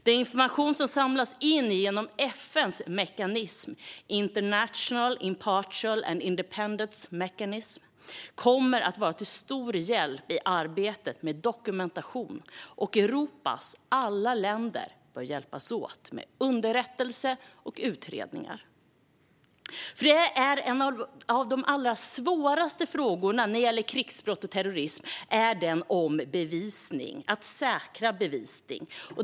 Den information som samlas in genom FN:s International Impartial and Independent Mechanism kommer att vara till stor hjälp i arbetet med dokumentation, och Europas alla länder bör hjälpas åt med underrättelse och utredningar. En av de allra svåraste frågorna när det gäller krigsbrott och terrorism är den om att säkra bevisning.